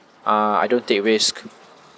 uh I don't take risk